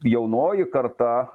jaunoji karta